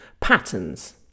patterns